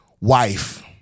wife